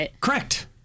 Correct